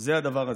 זה הדבר הזה: